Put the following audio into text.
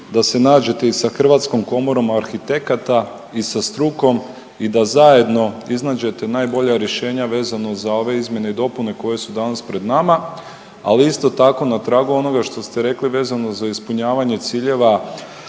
da se nađete i sa Hrvatskom komorom arhitekata i sa strukom i da zajedno iznađete najbolja rješenja vezano za ove izmjene i dopune koje su danas pred nama. Ali isto tako na tragu onoga što ste rekli vezano za ispunjavanje ciljeva